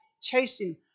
chasing